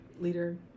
leader